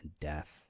death